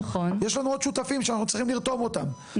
יש לנו עוד שותפים שאנחנו צריכים לרתום אותם,